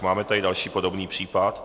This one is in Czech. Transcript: Máme tady další podobný případ.